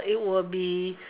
it will be